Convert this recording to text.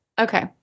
Okay